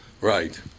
right